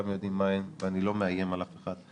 יודעים מה הן ואני לא מאיים על אף אחד.